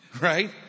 right